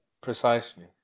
Precisely